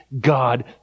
God